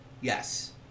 yes